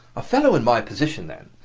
a fellow in my position, then,